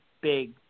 big